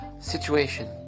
situation